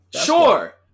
Sure